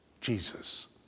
Jesus